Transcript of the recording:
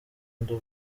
ndi